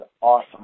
awesome